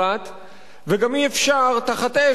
וגם אי-אפשר תחת אש לפנות אותם.